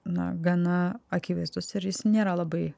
na gana akivaizdus ir jis nėra labai